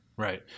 Right